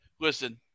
listen